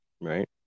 right